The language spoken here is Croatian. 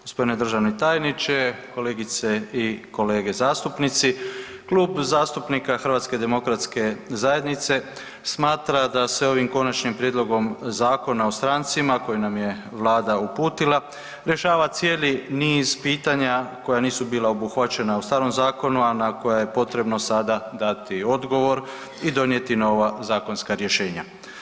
Gospodine državni tajniče, kolegice i kolege zastupnice, Klub zastupnika HDZ-a smatra da se ovim Konačnim prijedlogom Zakona o strancima koji nam je Vlada uputila, rješava cijeli niz pitanja koja nisu bila obuhvaćena u starom zakonu, a na koja je potrebno sada dati odgovor i donijeti nova zakonska rješenja.